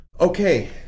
Okay